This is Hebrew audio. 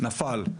הוא נפל.